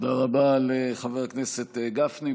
תודה רבה לחבר הכנסת גפני.